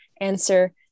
answer